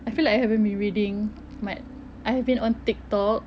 I feel like I haven't been reading much I have been on tiktok